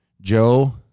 Joe